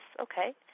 Okay